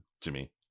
Jimmy